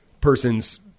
persons